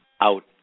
out